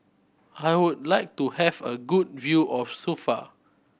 I would like to have a good view of Suva